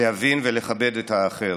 להבין ולכבד את האחר.